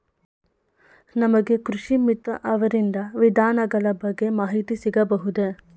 ನಮಗೆ ಕೃಷಿ ಮಿತ್ರ ಅವರಿಂದ ವಿಧಾನಗಳ ಬಗ್ಗೆ ಮಾಹಿತಿ ಸಿಗಬಹುದೇ?